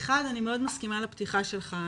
אחד, אני מאוד מסכימה לפתיחה שלך.